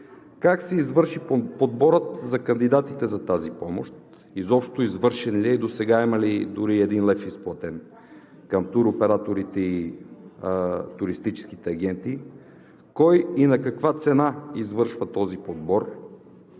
как се извърши подборът за кандидатите за тази помощ, изобщо извършен ли е, досега има ли дори един лев изплатен към туроператорите и туристическите агенти? Кой и на каква цена извършва този подбор?